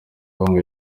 congo